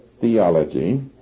theology